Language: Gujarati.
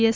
એસ